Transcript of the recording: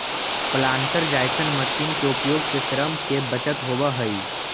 planter जईसन machine के उपयोग से श्रम के बचत होवऽ हई